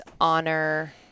honor